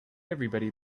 everybody